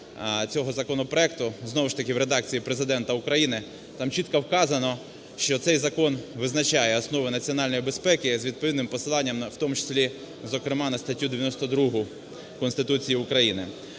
цього законопроекту знову ж таки в редакції Президента України, там чітко вказано, що цей закон визначає основи національної безпеки, з відповідним посиланням в тому числі, зокрема на статтю 92 Конституції України.